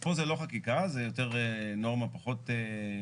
אז פה זה לא חקיקה, זה יותר נורמה פחות קשיחה.